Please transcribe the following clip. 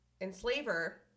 enslaver